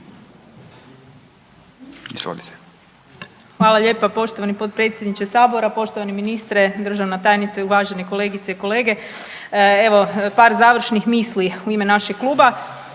(SDP)** Hvala lijepa poštovani potpredsjedniče Sabora, poštovani ministre, državna tajnice, uvaženi kolegice i kolege. Evo, par završnih misli u ime našeg Kluba.